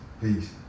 Peace